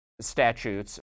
statutes